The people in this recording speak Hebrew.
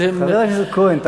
חבר הכנסת כהן,